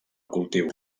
cultiu